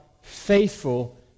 faithful